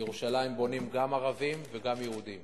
בירושלים בונים גם ערבים וגם יהודים,